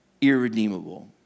irredeemable